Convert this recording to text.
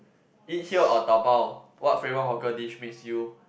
eat here or dabao what favourite hawker dish makes you